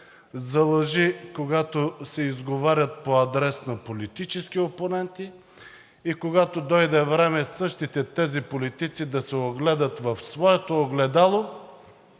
за лъжите, когато се изговарят по адрес на политически опоненти и когато дойде време същите тези политици да се огледат в своето огледало,